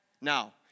now